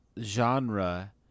genre